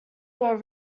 were